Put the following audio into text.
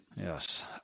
Yes